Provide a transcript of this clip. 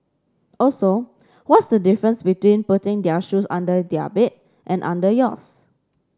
also what's the difference between putting their shoes under their bed and under yours